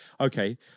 okay